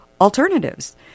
alternatives